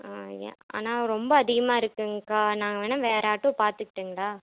ஏ ஆனால் ரொம்ப அதிகமாக இருக்குதுங்க்கா நாங்கள் வேணால் வேறு ஆட்டோ பார்த்துக்குட்டுங்களா